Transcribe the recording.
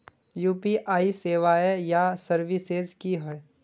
UPI सेवाएँ या services की होय?